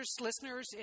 listeners